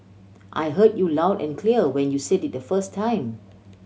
I heard you loud and clear when you said it the first time